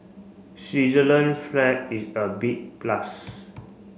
Switzerland flag is a big plus